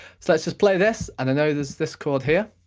so let's just play this, and i know there's this chord here,